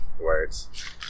words